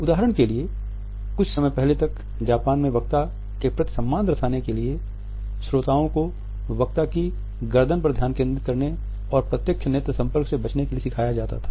उदाहरण के लिए कुछ समय पहले तक जापान में वक्ता के प्रति सम्मान प्रदर्शित करने के लिए श्रोताओं को वक्ता की गर्दन पर ध्यान केंद्रित करने और प्रत्यक्ष नेत्र संपर्क से बचने के लिए सिखाया जाता था